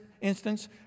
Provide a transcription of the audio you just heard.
instance